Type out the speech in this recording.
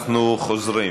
אנחנו חוזרים.